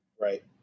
Right